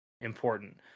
important